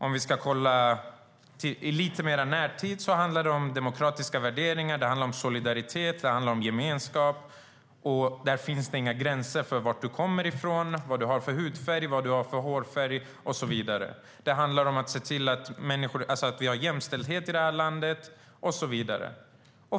Om vi ska kolla lite mer i närtid anser jag att det handlar om demokratiska värderingar, solidaritet och gemenskap. Där finns det inga gränser för var du kommer ifrån, vad du har för hudfärg, vad du har för hårfärg och så vidare. Det handlar också om att se till att vi har jämställdhet i det här landet.